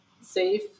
safe